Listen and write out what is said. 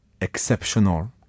exceptional